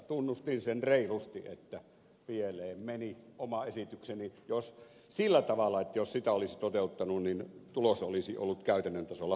tunnustin sen reilusti että pieleen meni oma esitykseni sillä tavalla että jos sitä olisi toteuttanut tulos olisi ollut käytännön tasolla huonompi